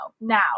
Now